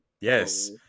Yes